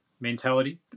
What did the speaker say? mentality